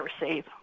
receive